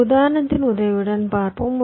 ஒரு உதாரணத்தின் உதவியுடன் பார்ப்போம்